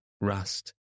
rust